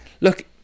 look